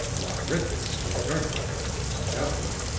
locke read this and regarded them for a moment, doubtfully.